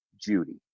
Judy